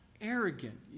arrogant